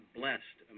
blessed